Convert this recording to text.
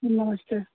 जी नमस्ते